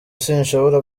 sinshobora